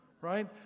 Right